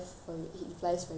that was scary